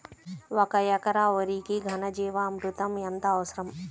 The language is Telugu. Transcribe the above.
ఒక ఎకరా వరికి ఘన జీవామృతం ఎంత అవసరం?